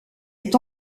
est